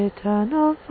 Eternal